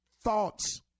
thoughts